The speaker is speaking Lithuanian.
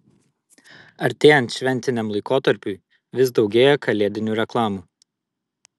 artėjant šventiniam laikotarpiui vis daugėja kalėdinių reklamų